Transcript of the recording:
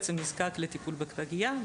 נזקק לטיפול בפגייה,